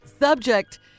Subject